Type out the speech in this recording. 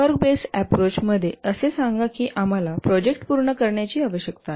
work based approach मध्ये असे सांगा की आम्हाला प्रोजेक्ट पूर्ण करण्याची आवश्यकता आहे